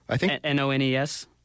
N-O-N-E-S